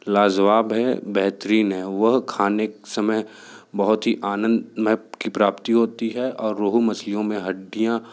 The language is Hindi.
लाजवाब है बेहतरीन है वह खाने समय बहुत ही आनंदमय की प्राप्ति होती है और रोहू मछलियों में हड्डियाँ